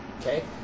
Okay